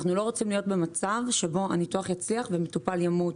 אנחנו לא רוצים להיות במצב שבו הניתוח יצליח ומטופל ימות.